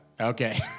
Okay